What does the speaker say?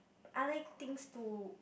I like things to